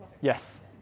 Yes